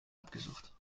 abgesucht